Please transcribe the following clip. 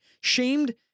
shamed